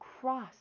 cross